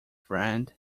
friend